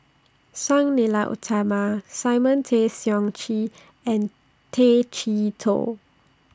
Sang Nila Utama Simon Tay Seong Chee and Tay Chee Toh